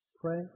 pray